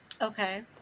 okay